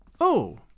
Oh